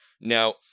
Now